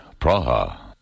Praha